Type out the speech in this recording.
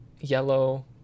yellow